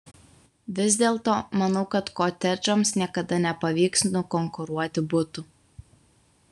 vis dėlto manau kad kotedžams niekada nepavyks nukonkuruoti butų